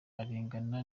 arengana